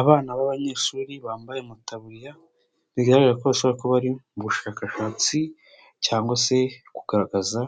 Abana b'abanyeshuri bambaye amataburiya bigaragara ko bashobora kuba bari mu bushakashatsi cyangwa se kugaragaza